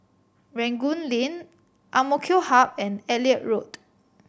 Rangoon Lane AMK Hub and Elliot Road